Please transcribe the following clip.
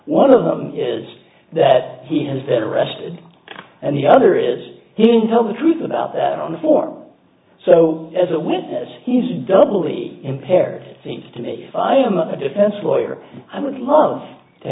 one of them is that he has been arrested and the other is he didn't tell the truth about that on the form so as a witness he is doubly imperative seems to me i am a defense lawyer i would love to